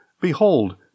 Behold